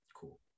cool